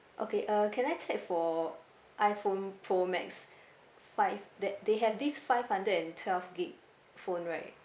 okay uh can I check for iphone pro max five that they have this five hundred and twelve gig phone right